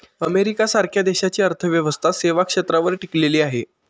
America सारख्या देशाची अर्थव्यवस्था सेवा क्षेत्रावर टिकलेली आहे